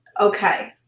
okay